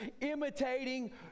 imitating